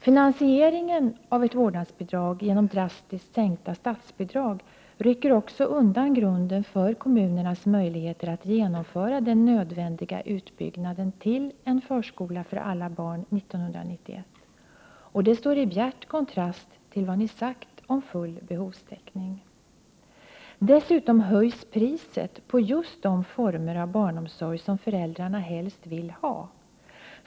Finansieringen av vårdnadsbidraget genom drastiskt sänkta statsbidrag rycker också undan grunden för kommunernas möjligheter att genomföra den nödvändiga utbyggnaden till ”en förskola för alla barn” 1991. Det står i bjärt kontrast till vad som har sagts om full behovstäckning. Dessutom höjs priset på just de former av barnomsorg som föräldrarna helst vill ha.